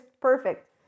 perfect